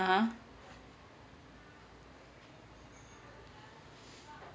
(uh huh)